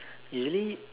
it really